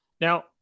Now